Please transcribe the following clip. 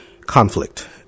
conflict